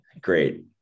great